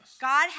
God